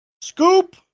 scoop